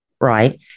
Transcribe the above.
Right